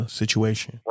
situation